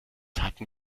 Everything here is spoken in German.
hatten